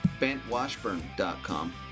BentWashburn.com